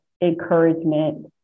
encouragement